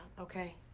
okay